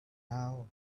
now